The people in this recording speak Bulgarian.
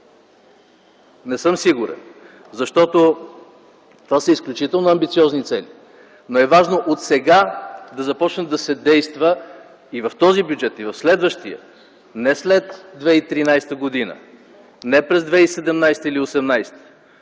Не съм сигурен, защото това са изключително амбициозни цели. Но е важно отсега да започне да се действа и в този бюджет, и в следващия, не след 2013 г., не през 2017 или 2018